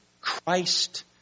Christ